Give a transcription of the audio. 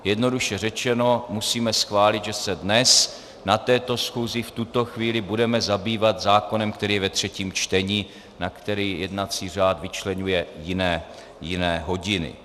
Jednoduše řečeno, musíme schválit, že se dnes na této schůzi v tuto chvíli budeme zabývat zákonem, který je ve třetím čtení, na který jednací řád vyčleňuje jiné hodiny.